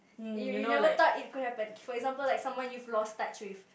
you you never thought it could happen for example like someone you've lost touch with